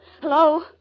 Hello